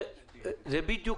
זה בדיוק